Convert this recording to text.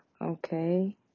okay